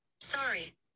Sorry